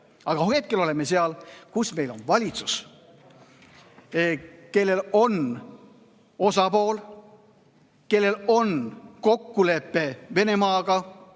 Aga hetkel oleme seal, kus meil on valitsus, kelle ühel osapoolel on kokkulepe Venemaaga